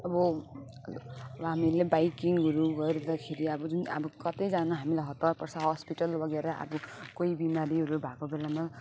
अब हामीले बाइकिङहरू गर्दाखेरि अब जुन अब कतै जान हामीलाई हतार पर्छ हस्पिटल वगेरा आदि कोही बिमारहरू भएको बेलामा